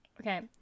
Okay